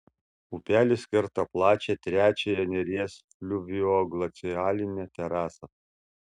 upelis kerta plačią trečiąją neries fliuvioglacialinę terasą